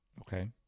Okay